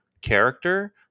character